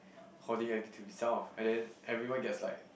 hoarding at to himself and then everyone gets like